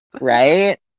Right